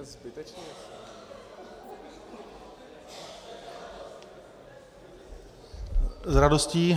S radostí.